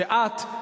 שאת,